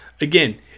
Again